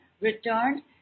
returned